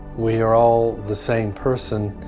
we are all the same person,